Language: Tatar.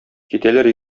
китәләр